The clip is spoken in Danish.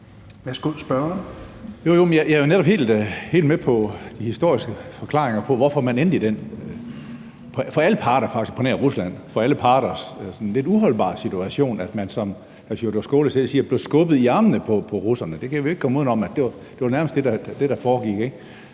netop helt med på de historiske forklaringer på, hvorfor man endte i den faktisk for alle parter på nær Rusland sådan lidt uholdbare situation, at man, som hr. Sjúrður Skaale selv siger, blev skubbet i armene på russerne. Der kan vi jo ikke komme uden om, at det nærmest var det, der foregik.